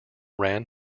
ran